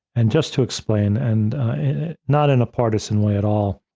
and just to explain, and not in a partisan way at all,